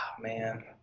man